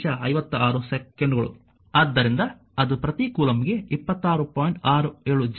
67 joule ಆಗಿದೆ ಅದು ಪ್ರತಿ ಕೂಲಂಬ್ಗೆ ಜೌಲ್ ವೋಲ್ಟೇಜ್